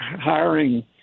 hiring